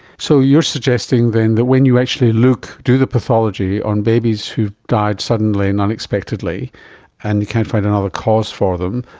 so you're suggesting then that when you actually look, do the pathology on babies who died suddenly and unexpectedly and you can't find another cause for them,